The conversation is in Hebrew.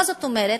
מה זאת אומרת?